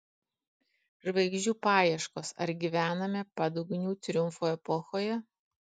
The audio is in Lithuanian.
žvaigždžių paieškos ar gyvename padugnių triumfo epochoje